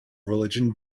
religion